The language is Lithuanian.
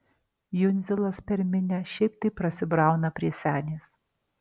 jundzilas per minią šiaip taip prasibrauna prie senės